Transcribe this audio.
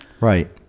Right